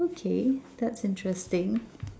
okay that's interesting